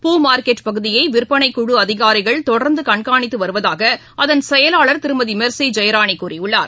பூ மார்கெட் பகுதியைவிற்பனைக்குழுஅதிகாரிகள் தொடர்ந்துகண்காணித்துவருவதாகஅதன் செயலாளர் திருமதிமெர்சிஜெயராணிகூறியுள்ளார்